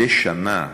בכל שנה